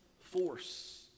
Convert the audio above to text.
force